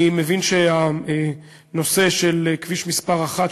אני מבין שהנושא של כביש מס' 1,